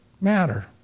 matter